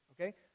okay